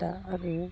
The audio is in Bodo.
दा आरो